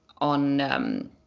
on